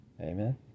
Amen